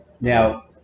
Now